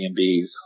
Airbnbs